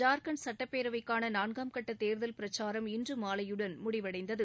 ஜார்கண்ட் சட்டப்பேரவைக்கான நான்காம் கட்ட தேர்தல் பிரக்சாரம் இன்று மாலையுடன் முடிவடைந்தது